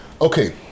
okay